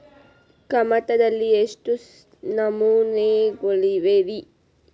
ಕಮತದಲ್ಲಿ ಎಷ್ಟು ನಮೂನೆಗಳಿವೆ ರಿ?